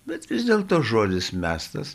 bet vis dėlto žodis mestas